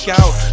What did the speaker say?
out